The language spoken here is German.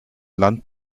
land